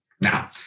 Now